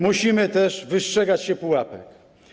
Musimy też wystrzegać się pułapek.